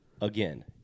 again